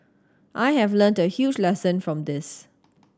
I have learnt a huge lesson from this